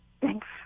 Thanks